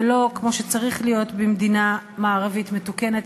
ולא כמו שצריך להיות במדינה מערבית מתוקנת